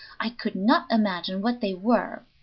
i could not imagine what they were.